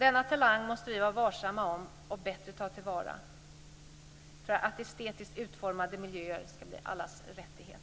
Denna talang måste vi vara varsamma om och bättre ta till vara för att estetiskt utformade miljöer ska bli allas rättighet.